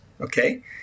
okay